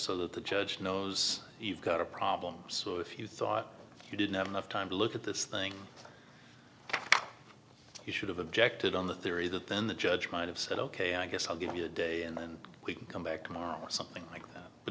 so that the judge knows you've got a problem so if you thought you didn't have enough time to look at this thing you should have objected on the theory that then the judge might have said ok i guess i'll give you a day and then we can come back tomorrow or something like that but